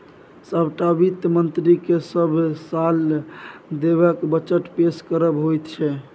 सभटा वित्त मन्त्रीकेँ सभ साल देशक बजट पेश करब होइत छै